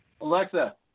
Alexa